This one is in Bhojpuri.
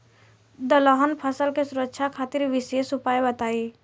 दलहन फसल के सुरक्षा खातिर विशेष उपाय बताई?